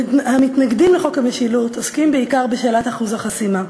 המתנגדים לחוק המשילות עוסקים בעיקר בשאלת אחוז החסימה.